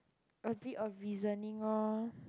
a bit of reasoning orh